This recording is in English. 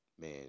Man